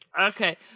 Okay